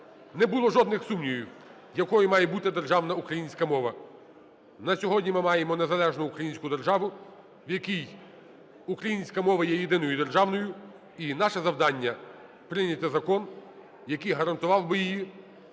не було жодних сумнівів, якою має бути державна українська мова. На сьогодні ми маємо незалежну українську державу, в якій українська мова є єдиною державною. І наше завдання – прийняти закон, який гарантував би її